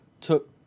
took